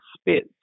speed